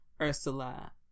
Ursula